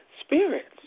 spirits